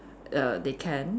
err they can